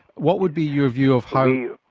what would be your view of how? yeah